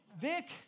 Vic